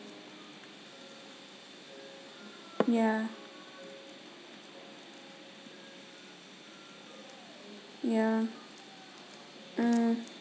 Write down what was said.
yeah yeah mm